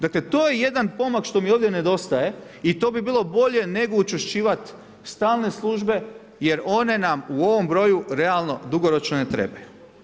Dakle, to je jedan pomak, što mi ovdje nedostaje i to bi bilo bolje nego učvršćivati stalne službe jer one nam u ovom broju, realno dugoročno ne trebaju.